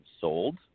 sold